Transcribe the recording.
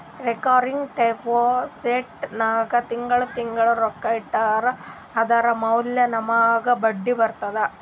recurring deposit ನಾಗ್ ತಿಂಗಳಾ ತಿಂಗಳಾ ರೊಕ್ಕಾ ಇಟ್ಟರ್ ಅದುರ ಮ್ಯಾಲ ನಮೂಗ್ ಬಡ್ಡಿ ಬರ್ತುದ